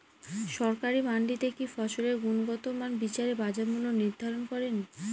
সরকারি মান্ডিতে কি ফসলের গুনগতমান বিচারে বাজার মূল্য নির্ধারণ করেন?